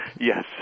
Yes